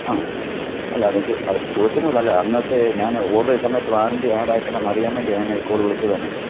ആ അല്ല അതെനിക്ക് അ ചോദിച്ചു തന്നെ ഉള്ളു അല്ല അന്നത്തേ ഞാൻ ഓഡർ ചെയ്ത സമയത്ത് വാറൻറ്റി ആഡായിട്ടുണ്ടോ എന്നറിയാൻ വേണ്ടിയാണ് ഞാനീ കോൾ വിളിച്ചതു തന്നെ